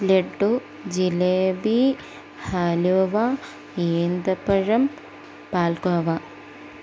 ലഡു ജിലേബി ഹലവ ഈന്തപ്പഴം പാൽഗോവ